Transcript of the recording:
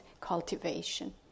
cultivation